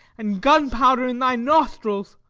and gunpowder in thy nostrils.